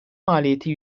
maliyeti